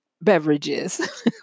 beverages